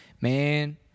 man